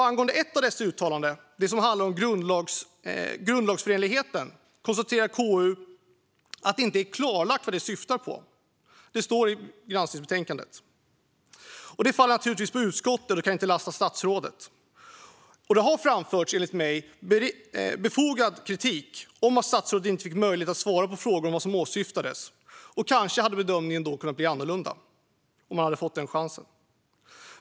Angående ett av dessa uttalanden - det som handlar om grundlagsförenligheten - konstaterar KU att det inte är klarlagt vad det syftar på. Det står i granskningsbetänkandet. Detta faller naturligtvis på utskottet och kan inte lastas statsrådet. Det har också framförts enligt mig befogad kritik om att statsrådet inte fick möjlighet att svara på frågor om vad som åsyftades. Kanske hade bedömningen kunnat bli annorlunda om han fått den chansen.